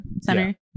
center